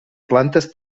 plantes